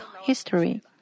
history